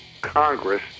Congress